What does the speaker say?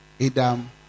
Adam